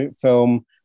film